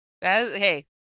Hey